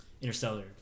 Interstellar